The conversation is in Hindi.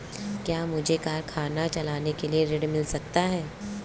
क्या मुझे कारखाना चलाने के लिए ऋण मिल सकता है?